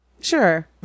Sure